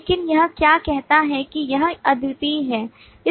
लेकिन यह क्या कहता है कि यह अद्वितीय है